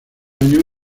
años